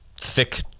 thick